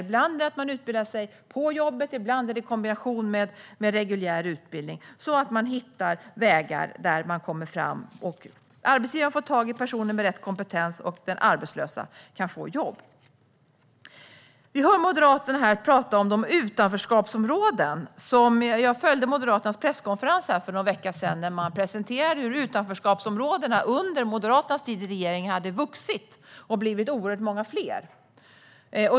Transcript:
Ibland kan utbildningen ske på jobbet, ibland kan den ske i kombination med reguljär utbildning - allt för att man ska hitta vägar framåt där arbetsgivare får tag i personer med rätt kompetens och där arbetslösa kan få jobb. Vi hör Moderaterna prata om utanförskapsområden. Jag följde Moderaternas presskonferens för någon vecka sedan. Där presenterade man hur utanförskapsområdena under Moderaternas tid i regeringen hade vuxit och blivit oerhört många fler.